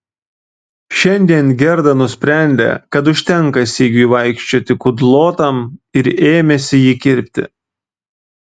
šiandien gerda nusprendė kad užtenka sigiui vaikščioti kudlotam ir ėmėsi jį kirpti